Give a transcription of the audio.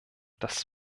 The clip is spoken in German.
das